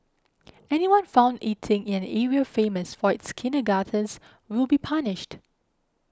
anyone found eating in an area famous for its kindergartens will be punished